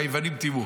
מה שהיוונים טימאו.